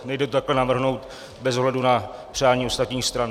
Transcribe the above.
Nejde to takto navrhnout bez ohledu na přání ostatních stran.